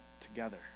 together